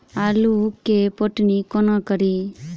आलु केँ पटौनी कोना कड़ी?